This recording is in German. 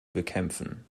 bekämpfen